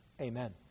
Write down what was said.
Amen